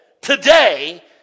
today